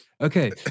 Okay